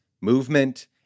movement